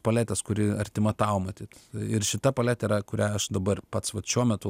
paletės kuri artima tau matyt ir šita paletė yra kurią aš dabar pats vat šiuo metu